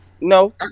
no